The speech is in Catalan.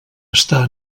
estar